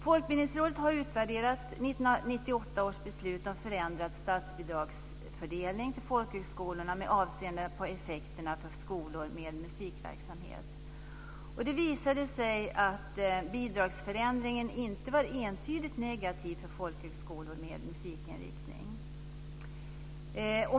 Folkbildningsrådet har utvärderat 1998 års beslut om förändrad statsbidragsfördelning till folkhögskolorna med avseende på effekterna för skolor med musikverksamhet. Det visade sig att bidragsförändringen inte var entydigt negativ för folkhögskolor med musikinriktning.